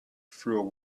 through